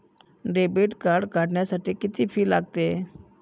Debit card काढण्यासाठी किती fee लागते?